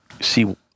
see